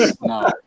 No